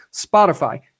Spotify